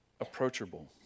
approachable